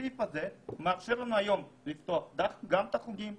הסעיף הזה מאפשר לנו היום לפתוח גם את החוגים,